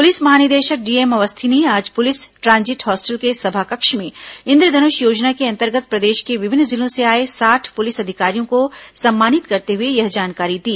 police महानिदेशक DM Awasthi ने आज पुलिस ट्रांजिट हॉस्टल के सभा कक्ष में इन्द्रध्नष योजना के अंतर्गत प्रदेश के विभिन्न जिलों से आए साठ पुलिस अधिकारियों को सम्मानित करते हुए यह जानकारी दी